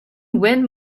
win